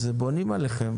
אז בונים עליכם.